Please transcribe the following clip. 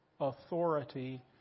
authority